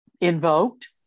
invoked